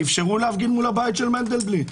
ואפשרו להפגין מול הבית של מנדלבליט.